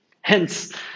Hence